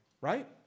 right